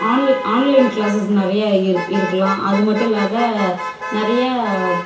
on online classes நிறைய இரு இருக்கலாம் அது மட்டும் இல்லாத நிறைய